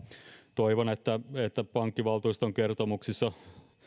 toivon että että pankkivaltuuston kertomuksissa